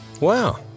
Wow